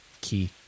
key